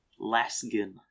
Laskin